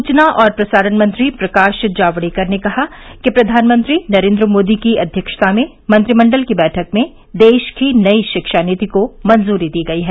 सूचना और प्रसारण मंत्री प्रकाश जावड़ेकर ने कहा कि प्रधानमंत्री नरेंद्र मोदी की अध्यक्षता में मंत्रिमंडल की बैठक में देश की नई शिक्षा नीति को मंजूरी दी गई है